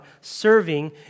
serving